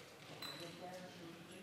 ההצעה הממשלתית,